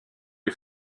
les